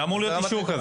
ואמור להיות אישור כזה.